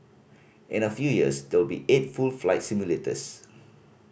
in a few years there will be eight full flight simulators